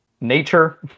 nature